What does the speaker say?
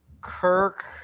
Kirk